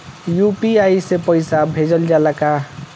UPI से पईसा भेजल जाला का?